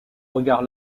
regard